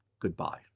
Goodbye